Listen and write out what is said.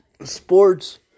sports